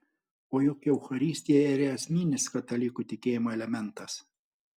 o juk eucharistija yra esminis katalikų tikėjimo elementas